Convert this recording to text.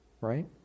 right